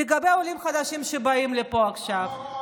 לגבי עולים חדשים שבאים לפה עכשיו, כמה הוא